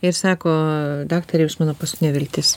ir sako daktare jūs mano pusės neviltis